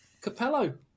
Capello